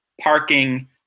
parking